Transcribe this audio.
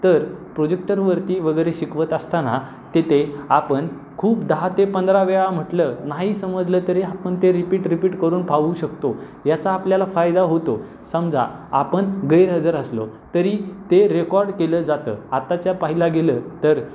तर प्रोजेक्टरवरती वगैरे शिकवत असताना तिथे आपण खूप दहा ते पंधरा वेळा म्हटलं नाही समजलं तरी आपण ते रिपीट रिपीट करून पाहू शकतो याचा आपल्याला फायदा होतो समजा आपण गैरहजर असलो तरी ते रेकॉर्ड केलं जातं आताच्या पाहिलं गेलं तर